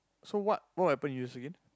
so what what weapon you use again